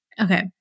Okay